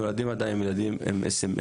נולדים עדיין ילדים עםSMA.